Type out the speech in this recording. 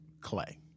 clay